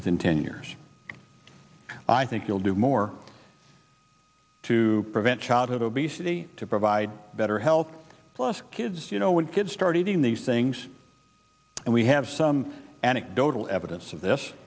within ten years i think you'll do more to childhood obesity to provide better health plus kids you know when kids start eating these things and we have some anecdotal evidence of this